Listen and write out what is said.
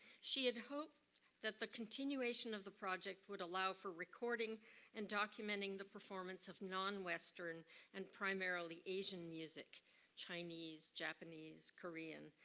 she had hoped that the continuation of the project would allow for recording and documenting the performance of nonwestern and primarily asian music chinese, japanese, korean,